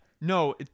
no